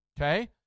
okay